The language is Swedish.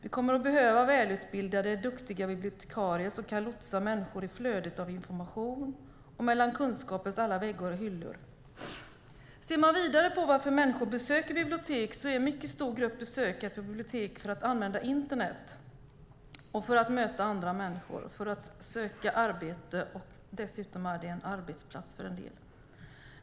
Vi kommer att behöva välutbildade och duktiga bibliotekarier som kan lotsa människor i flödet av information och mellan kunskapens alla väggar och hyllor. Ser man vidare på varför människor besöker ett bibliotek finner man att en mycket stor grupp besöker biblioteket för att använda internet och för att möta andra människor eller söka arbete. Dessutom är biblioteket arbetsplatsen för en del människor.